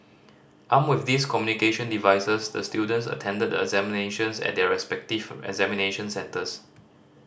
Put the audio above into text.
armed with these communication devices the students attended the examinations at their respective examination centres